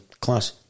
Class